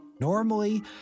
Normally